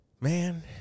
man